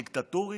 דיקטטורית,